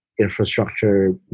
infrastructure